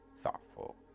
thoughtful